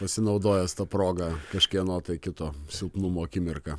pasinaudojęs ta proga kažkieno tai kito silpnumo akimirka